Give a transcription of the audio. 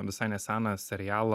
visai neseną serialą